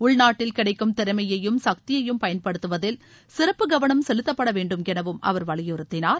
உள்நாட்டில் கிடைக்கும் திறமையையும் சக்தியையும் பயன்படுத்துவதில் சிறப்பு கவனம் செலுத்தப்படவேண்டும் எனவும் அவர் வலியுறுத்தினார்